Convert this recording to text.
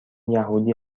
یهودی